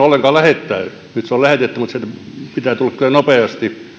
ollenkaan lähettää nyt se on lähetetty mutta sieltä pitää tulla kyllä nopeasti